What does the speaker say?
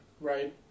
right